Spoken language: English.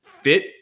fit